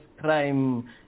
crime